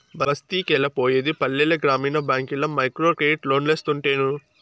బస్తికెలా పోయేది పల్లెల గ్రామీణ బ్యాంకుల్ల మైక్రోక్రెడిట్ లోన్లోస్తుంటేను